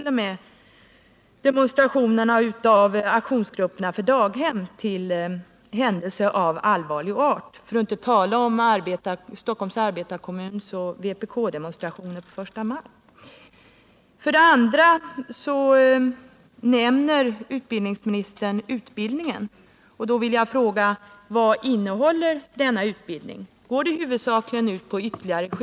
0. m. demonstrationerna av aktionsgrupperna för daghem för att inte tala om Stockholms arbetarekommuns och vpk:s demonstrationer den 1 maj.